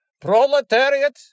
Proletariat